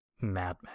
madman